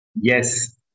yes